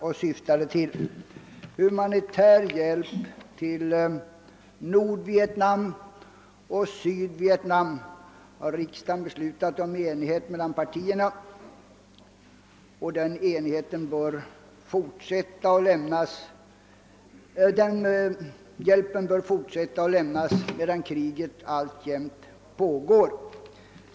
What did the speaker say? Riksdagen har i enighet mellan partierna beslutat om humanitär hjälp till Nordvietnam och Sydvietnam, och vi bör fortsätta att lämna den hjälpen medan kriget alltjämt pågår.